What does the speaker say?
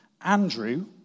Andrew